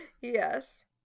Yes